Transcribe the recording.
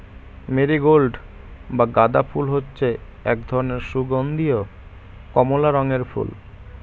marigold বা গাঁদা ফুল হচ্ছে এক ধরনের সুগন্ধীয় কমলা রঙের ফুল